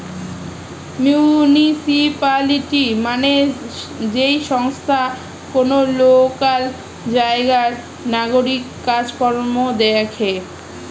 municipality মানে যেই সংস্থা কোন লোকাল জায়গার নাগরিক কাজ কর্ম দেখে